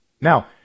Now